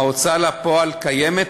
ההוצאה לפועל קיימת,